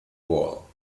wall